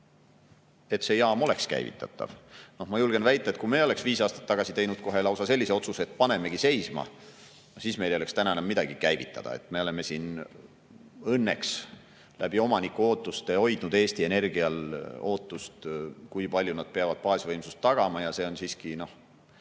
et see jaam oleks käivitatav. Ma julgen väita, et kui meie oleks viis aastat tagasi teinud lausa sellise otsuse, et panemegi seisma, siis meil ei oleks täna enam midagi käivitada. Me oleme siin õnneks omaniku ootuste abil [andnud] Eesti Energiale [teada], kui palju nad peavad baasvõimsust tagama, ja see on siiski